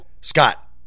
Scott